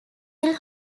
will